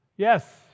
Yes